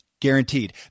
Guaranteed